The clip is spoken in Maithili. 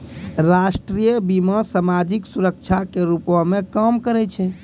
राष्ट्रीय बीमा, समाजिक सुरक्षा के रूपो मे काम करै छै